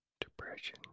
depression